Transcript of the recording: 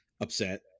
upset